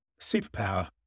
superpower